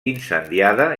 incendiada